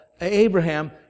Abraham